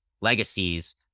legacies